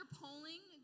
polling